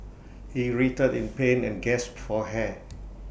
he writhed in pain and gasped for air